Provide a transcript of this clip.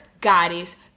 Goddess